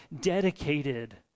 dedicated